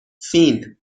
فین